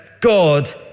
God